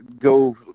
go